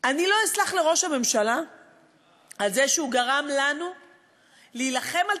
אני לא אסלח לראש הממשלה על זה שהוא גרם לנו להילחם על